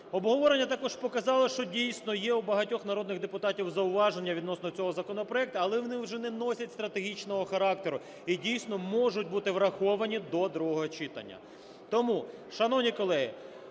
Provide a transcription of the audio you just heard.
Обговорення також показало, що дійсно є у багатьох народних депутатів зауваження відносно цього законопроекту, але вони вже не носять стратегічного характеру і дійсно можуть бути враховані до другого читання. Тому, шановні колеги,